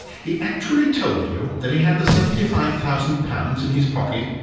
he actually told you that he had the seventy-five thousand pounds in his pocket?